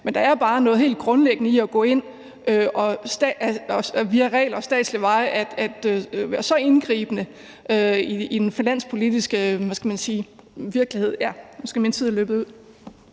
her. Der er bare noget helt grundlæggende i at gå ind og via regler og ad statslige veje være så indgribende i den finanspolitiske – hvad skal man sige –